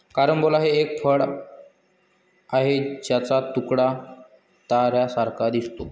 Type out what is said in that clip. carambola हे एक फळ आहे ज्याचा तुकडा ताऱ्यांसारखा दिसतो